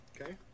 Okay